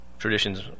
traditions